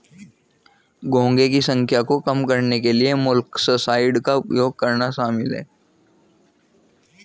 घोंघे की संख्या को कम करने के लिए मोलस्कसाइड्स का उपयोग करना शामिल है